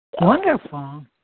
Wonderful